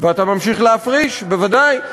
ואתה ממשיך להפריש, בוודאי.